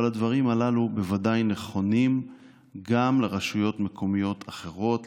אבל הדברים הללו בוודאי נכונים גם לרשויות מקומיות אחרות,